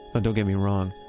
but don't get me wrong.